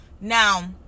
Now